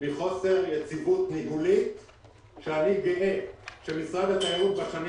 מחוסר יציבות ניהולית ומשרד התיירות בשנים